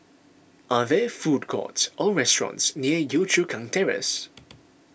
are there food courts or restaurants near Yio Chu Kang Terrace